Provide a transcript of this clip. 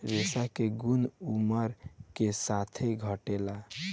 रेशा के गुन उमर के साथे घटेला